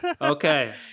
Okay